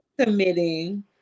committing